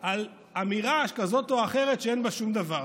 על אמירה כזאת או אחרת שאין בה שום דבר.